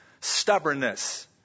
stubbornness